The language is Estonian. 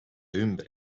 ümber